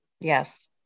Yes